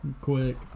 quick